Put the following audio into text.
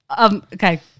Okay